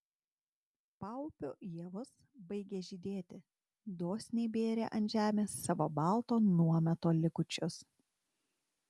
paupio ievos baigė žydėti dosniai bėrė ant žemės savo balto nuometo likučius